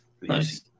nice